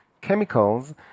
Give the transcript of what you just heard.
chemicals